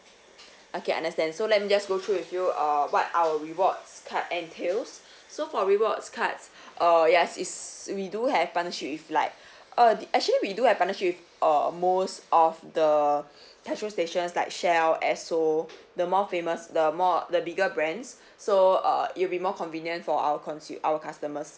okay understand so let me just go through with you uh what our rewards card entails so for rewards cards uh yes is we do have partnership with like uh actually we do have partnership with uh most of the petrol stations like shell esso the more famous the more the bigger brands so uh it will be more convenient for our consun~ our customers